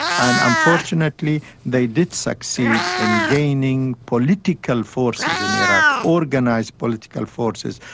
and unfortunately they did succeed in gaining political forces in iraq, organised political forces,